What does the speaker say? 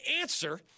answer